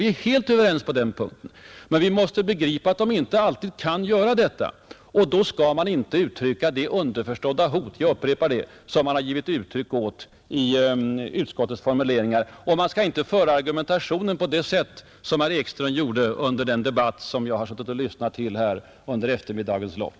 Vi är helt överens på den punkten, men vi måste begripa att de inte alltid kan göra detta. Och då skall man inte uttala det underförstådda hot, jag upprepar det, som man givit uttryck åt i utskottsmajoritetens formuleringar. Man skall inte heller föra argumentationen på det sätt som herr Ekström gjorde under den debatt jag har suttit och lyssnat till under eftermiddagens lopp.